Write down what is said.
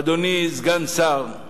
אדוני סגן השר,